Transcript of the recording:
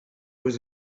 was